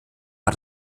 war